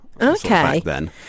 okay